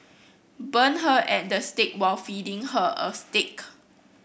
burn her and the stake while feeding her a steak